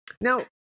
Now